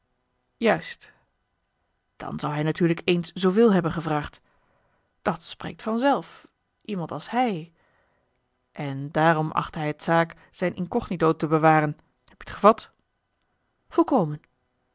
juist dan zou hij natuurlijk eens zooveel hebben gevraagd dat spreekt vanzelf iemand als hij en daarom achtte hij t zaak zijn incognito te bewaren heb je t gevat volkomen